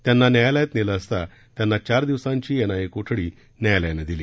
त्यांना न्यायालयात नेलं असता त्यांना चार दिवसांची एनआयए कोठडी न्यायालयानं दिली